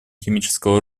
химического